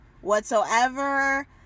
whatsoever